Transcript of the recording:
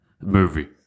movie